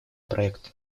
проекту